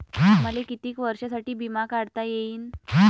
मले कितीक वर्षासाठी बिमा काढता येईन?